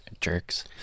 jerks